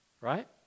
right